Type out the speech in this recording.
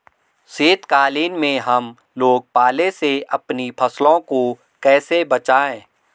शीतकालीन में हम लोग पाले से अपनी फसलों को कैसे बचाएं?